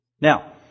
Now